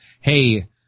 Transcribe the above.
Hey